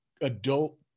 adult